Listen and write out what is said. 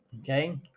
okay